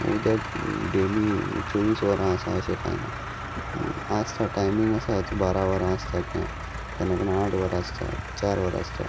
उदक डेली चोवीस वरां आसा अशें कांय ना आसता टायमींग आसा बारा वरां आसता केन्ना केन्ना आठ वरां आसता चार वरां आसता